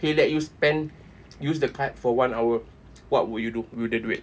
he let you spend use the card for one hour what would you do with the duit